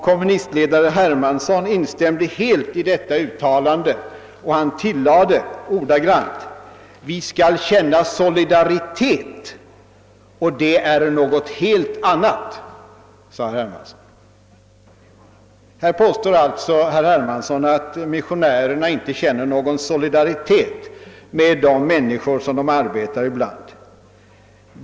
Kommunistledaren, "herr Hermansson, instämde helt häri och tillade ordagrant: »Vi skall känna solidaritet, och det är något helt annat!» Herr Hermansson påstod alltså att missionärerna inte känner någon solidaritet med de människor som de arbetar tillsammans med.